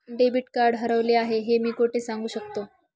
Debit card हरवले आहे हे मी कोठे सांगू शकतो?